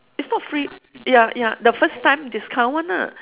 it's not free ya ya the first time discount one ah